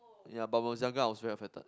ya but when I was younger I was very affected